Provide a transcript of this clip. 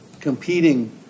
competing